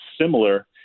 similar